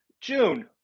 June